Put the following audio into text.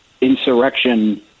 insurrection